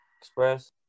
express